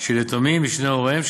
של יתומים משני הוריהם,